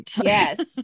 yes